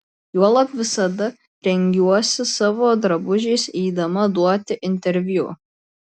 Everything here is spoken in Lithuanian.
juolab visada rengiuosi savo drabužiais eidama duoti interviu